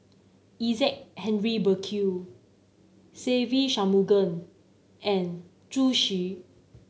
Isaac Henry Burkill Se Ve Shanmugam and Zhu Xu